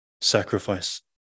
sacrifice